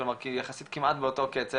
כי זה יחסית כמעט באותו קצב,